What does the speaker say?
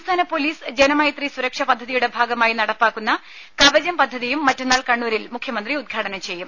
സംസ്ഥാന പോലീസ് ജനമൈത്രി സുരക്ഷ പദ്ധതിയുടെ ഭാഗമായി നടപ്പാക്കുന്ന കവചം പദ്ധതിയും മറ്റന്നാൾ കണ്ണൂരിൽ മുഖ്യമന്ത്രി ഉദ്ഘാടനം ചെയ്യും